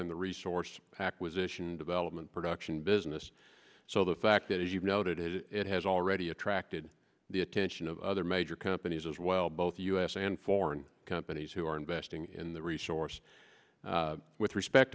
in the resource acquisition development production business so the fact that as you noted it has already attracted the attention of other major companies as well both u s and foreign companies who are investing in the resource with respect